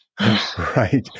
Right